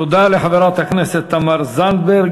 תודה לחברת הכנסת תמר זנדברג.